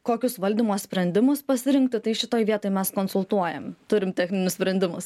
kokius valdymo sprendimus pasirinkti tai šitoj vietoj mes konsultuojam turim techninius sprendimus